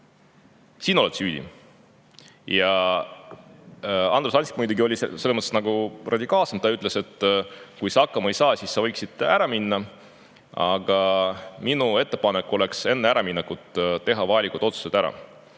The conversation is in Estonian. sina oled süüdi. Andrus Ansip muidugi oli selles mõttes radikaalsem. Ta ütles, et kui sa hakkama ei saa, siis sa võiksid ära minna. Aga minu ettepanek oleks enne äraminekut ära teha vajalikud otsused.